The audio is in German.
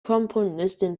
komponistin